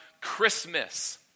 Christmas